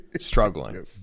Struggling